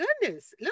Goodness